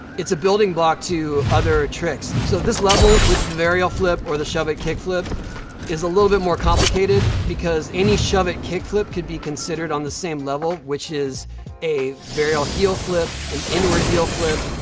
it's a building block to other tricks. so this level with the varial flip or the shove-it kickflip is a little bit more complicated because any shove-it kickflip could be considered on the same level, which is a varial heel flip, an inward heel flip,